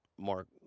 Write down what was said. Mark